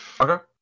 Okay